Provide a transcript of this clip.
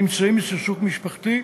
הנמצאים בסכסוך משפחתי,